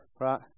Right